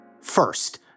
First